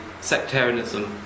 sectarianism